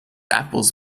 apples